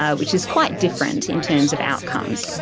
ah which is quite different in terms of outcomes.